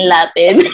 Latin